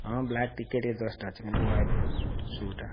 ହଁ ବ୍ଲାକ୍ ଟିକିଏ ଟିକିଏ ଜଷ୍ଟ ଅଛି କିନ୍ତୁ ହ୍ୱାଇଟ୍ ସୁ'ଟା